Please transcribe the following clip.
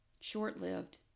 short-lived